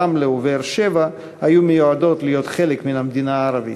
רמלה ובאר-שבע היו מיועדות להיות חלק מהמדינה הערבית.